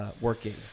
working